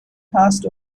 past